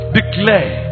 declare